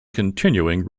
continuing